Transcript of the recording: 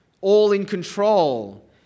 all-in-control